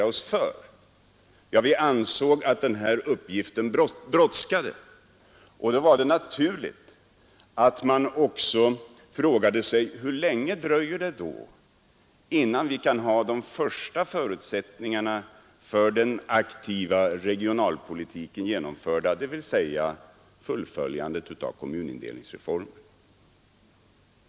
Vi ansåg också att lösandet av den här uppgiften brådskade, och då var det naturligt att ställa frågan: Hur länge dröjer det innan den första förutsättningen för den aktiva regionalpolitiken, dvs. fullföljandet av kommunindelningsreformen, kan vara för handen?